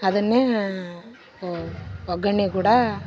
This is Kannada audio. ಅದನ್ನೇ ಒಗ್ಗರಣೆ ಕೂಡ